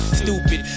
stupid